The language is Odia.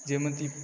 ଯେମିତି